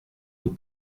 nous